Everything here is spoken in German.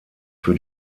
für